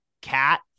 cat